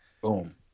Boom